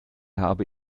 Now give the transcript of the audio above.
habe